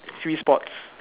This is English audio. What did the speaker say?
three spots